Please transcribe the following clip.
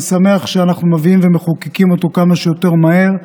שמח שאנחנו מביאים ומחוקקים אותו כמה שיותר מהר.